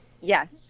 Yes